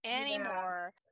anymore